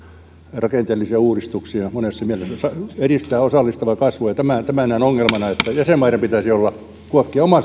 rakenteellisia uudistuksia monessa mielessä ja edistää osallistavaa kasvua tämän tämän näen ongelmana jäsenmaiden pitäisi myöskin kuokkia omaa